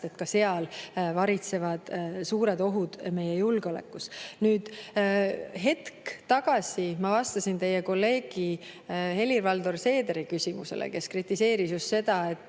et ka seal varitsevad suured ohud meie julgeolekus. Hetk tagasi ma vastasin teie kolleegi Helir-Valdor Seederi küsimusele, kes kritiseeris just seda, et